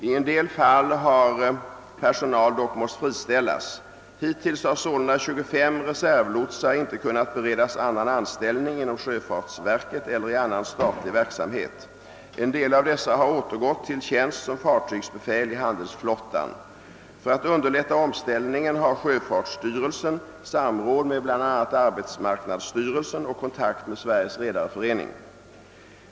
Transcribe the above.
I en del fall har personal dock måst friställas. Hittills har sålunda ca 25 reservlotsar inte kunnat beredas annan anställning inom sjöfartsverket eller i annan statlig verksamhet. En del av dessa har återgått till tjänst som fartygsbefäl i handeisflottan. För att underlätta omställningen har sjöfartsstyrelsen samråd med bl.a. arbetsmarknadsstyrelsen och kontakt med Sveriges redareförening.